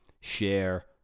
share